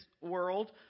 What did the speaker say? world